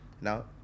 Now